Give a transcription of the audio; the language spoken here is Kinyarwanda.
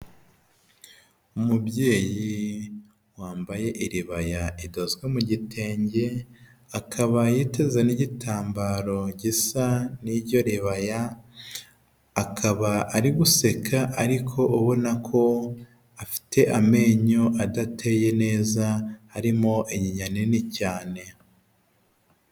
Umubyeyi wambaye iribaya idozwe mu gitenge akaba yiteza n'igitambaro gisa n'iryo ribaya, akaba ari guseka ariko ubona ko afite amenyo adateye neza harimo inyinya nini cyane.